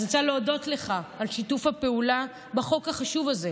אני רוצה להודות לך על שיתוף הפעולה בחוק החשוב הזה.